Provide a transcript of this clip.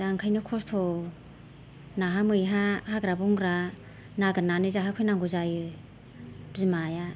दा ओंखायनो खस्थ' नाहा मैहा हाग्रा बंग्रा नागिरनानै जाहोफैनांगौ जायो बिमाया